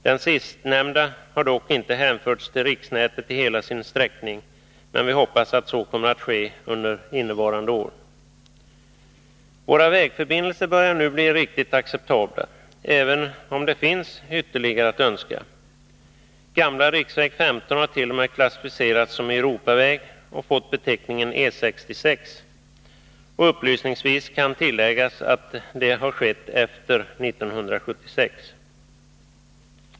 Den sistnämnda har dock inte hänförts till riksnätet i hela sin sträckning, men vi hoppas att så kommer att ske under innevarande år. Våra vägförbindelser börjar nu bli riktigt acceptabla, även om det finns ytterligare önskemål. Gamla riksväg 15 har t.o.m. klassificerats som Europaväg och fått beteckningen E 66. Upplysningsvis kan tilläggas att detta skett efter 1976.